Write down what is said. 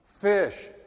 fish